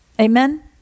amen